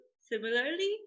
similarly